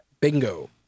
Bingo